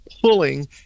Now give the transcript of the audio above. pulling